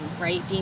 right